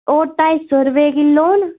ओह् ढाई सौ रपेऽ किलो न